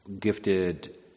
gifted